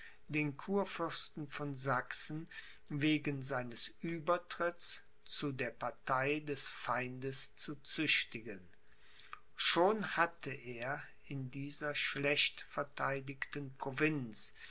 den kurfürsten von sachsen wegen seines uebertritts zu der partei des feindes zu züchtigen schon hatte er in dieser schlecht verteidigten provinz